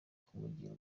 kumugira